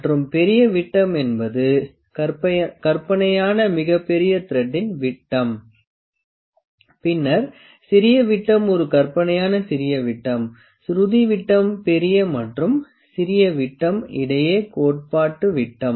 மற்றும் பெரிய விட்டம் என்பது கற்பனையான மிகப்பெரிய த்ரெடின் விட்டம் பின்னர் சிறிய விட்டம் ஒரு கற்பனையான சிறிய விட்டம் சுருதி விட்டம் பெரிய மற்றும் சிறிய விட்டம் இடையே கோட்பாட்டு விட்டம்